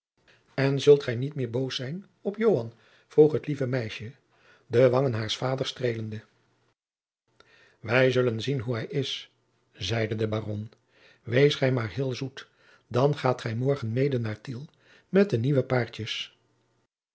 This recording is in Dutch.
en zult gij niet meer boos zijn op joan vroeg het lieve meisje de wangen haars vaders streelende wij zullen zien hoe hij is zeide de baron wees gij maar heel zoet dan gaat gij morgen mede naar tiel met de nieuwe paardjens